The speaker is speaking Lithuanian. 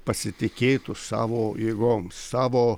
pasitikėtų savo jėgom savo